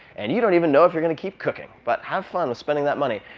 and you don't even know if you're going to keep cooking. but have fun spending that money.